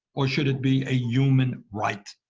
or should it be a human right?